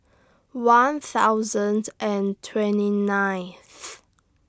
one thousand and twenty ninth